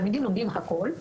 תלמידים לומדים הכול,